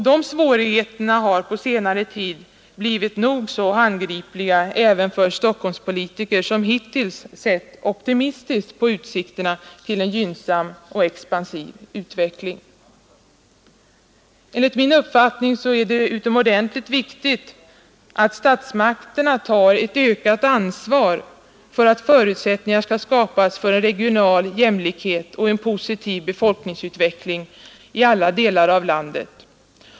De svårigheterna har på senare tid blivit nog så handgripliga även för Stockholmspolitiker som hittills har sett optimistiskt på utsikterna till en gynnsam expansiv utveckling. Enligt min uppfattning är det utomordentligt viktigt att statsmakterna tar ett ökat ansvar så att förutsättningar skapas för regional jämlikhet och en positiv befolkningsutveckling i alla delar av landet.